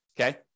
okay